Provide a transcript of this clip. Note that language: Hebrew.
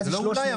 אולי זה שלושה.